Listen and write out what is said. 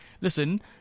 listen